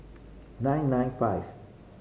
nine nine five